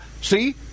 see